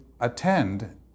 attend